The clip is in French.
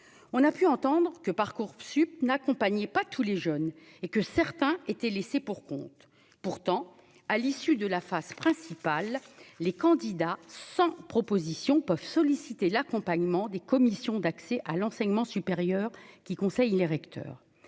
on a pu entendre que Parcoursup n'accompagnait pas tous les jeunes et que certains étaient laissés pour compte, pourtant à l'issue de la phase principale les candidats sans proposition peuvent solliciter l'accompagnement des commissions d'accès à l'enseignement supérieur qui conseille les recteurs,